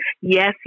Yes